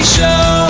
show